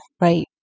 Right